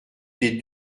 des